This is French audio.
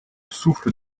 souffle